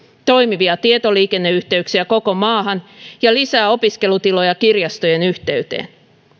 toimivia tietoliikenneyhteyksiä koko maahan ja lisää opiskelutiloja kirjastojen yhteyteen